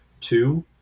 two